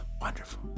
wonderful